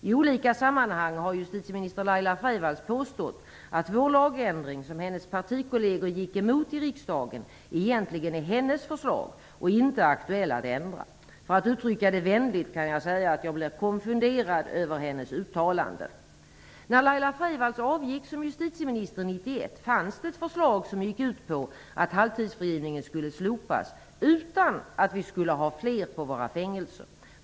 I olika sammanhang har justitieminister Laila Freivalds påstått att vår lagändring, som hennes partikolleger gick emot i riksdagen, egentligen är hennes förslag och inte aktuellt att ändra. För att uttrycka det vänligt kan jag säga att jag blev konfunderad över hennes uttalande. 1991 fanns det ett förslag som gick ut på att halvtidsfrigivningen skulle slopas utan att vi skulle ha fler på våra fängelser.